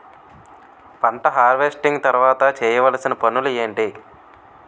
పంట హార్వెస్టింగ్ తర్వాత చేయవలసిన పనులు ఏంటి?